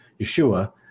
Yeshua